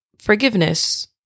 Forgiveness